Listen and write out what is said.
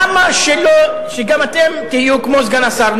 למה שגם אתם לא תהיו כמו סגן השר,